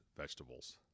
vegetables